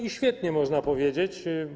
No i świetnie, można powiedzieć.